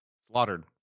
slaughtered